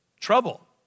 trouble